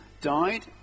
died